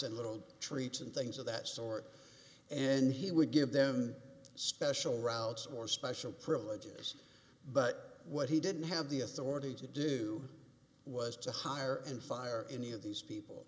and little treats and things of that sort and he would give them special routes or special privileges but what he didn't have the authority to do was to hire and fire any of these people